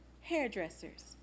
hairdressers